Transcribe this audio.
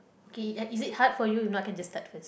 okay is it hard for you if not I can just start first